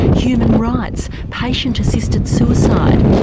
human rights, patient assisted suicide.